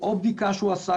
או בדיקה שהוא עשה,